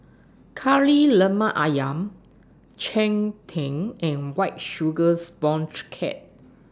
Kari Lemak Ayam Cheng Tng and White Sugar Sponge Cake